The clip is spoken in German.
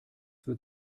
wird